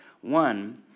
One